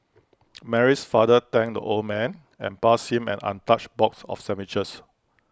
Mary's father thanked the old man and passed him an untouched box of sandwiches